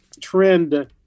trend